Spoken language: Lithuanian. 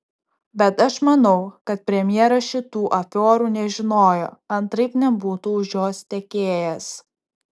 bet aš manau kad premjeras šitų afiorų nežinojo antraip nebūtų už jos tekėjęs